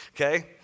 Okay